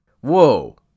Whoa